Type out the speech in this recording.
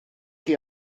chi